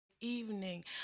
evening